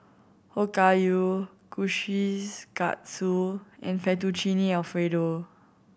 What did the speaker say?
Okayu Kushikatsu and Fettuccine Alfredo